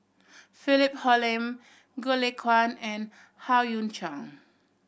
Philip Hoalim Goh Lay Kuan and Howe Yoon Chong